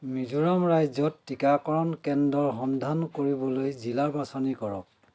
মিজোৰাম ৰাজ্যত টিকাকৰণ কেন্দ্ৰৰ সন্ধান কৰিবলৈ জিলা বাছনি কৰক